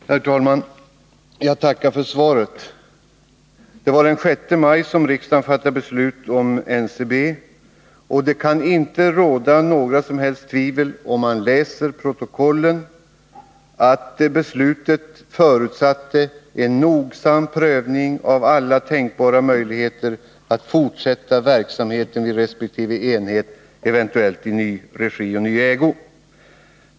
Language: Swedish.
Herr talman! Jag tackar för svaret. Det var den 6 maj riksdagen fattade sitt beslut om NCB. För den som läser protokollen kan det inte råda några som helst tvivel om att beslutet förutsatte en nogsam prövning av alla tänkbara möjligheter att fortsätta verksamheten i resp. enhet, eventuellt i ny regi och i ny ägo.